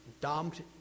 dumped